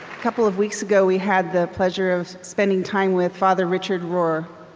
a couple of weeks ago, we had the pleasure of spending time with father richard rohr.